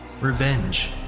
revenge